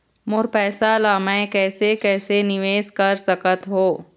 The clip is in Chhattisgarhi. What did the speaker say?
मोर पैसा ला मैं कैसे कैसे निवेश कर सकत हो?